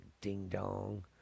ding-dong